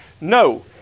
No